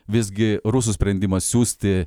visgi rusų sprendimas siųsti